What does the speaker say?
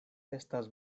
estas